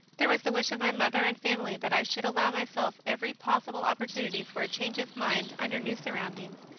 there was the wish of my mother and family that i should allow myself every possible opportunity for a change of mind under new surroundings,